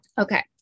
Okay